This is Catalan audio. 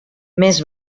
més